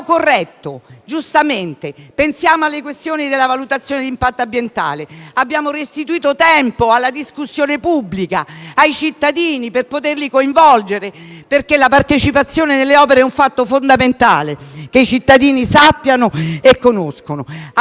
norme: pensiamo alla questione della valutazione di impatto ambientale. Abbiamo restituito tempo alla discussione pubblica e ai cittadini, per poterli coinvolgere, perché la partecipazione alle opere è un fatto fondamentale, affinché i cittadini sappiano e conoscano.